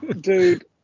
Dude